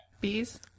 Bees